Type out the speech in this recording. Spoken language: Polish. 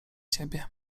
ciebie